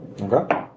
Okay